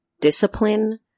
discipline